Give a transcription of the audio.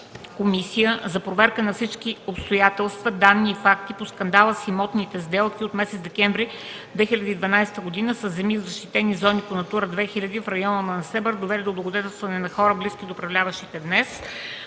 комисия за проверка на всички обстоятелства, данни и факти по скандала с имотните сделки от месец декември 2012 г. със земи в защитени зони по „НАТУРА 2000” в района на Несебър, довели до облагодетелстване на хора, близки до управляващите днес.